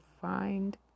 find